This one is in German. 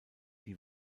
die